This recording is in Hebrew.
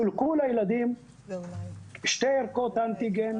חולקו לילדים שתי ערכות אנטיגן,